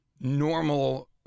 normal